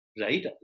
Right